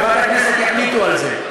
בוועדת הכנסת יחליטו על זה.